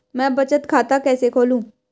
मैं बचत खाता कैसे खोलूं?